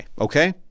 okay